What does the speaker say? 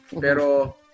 Pero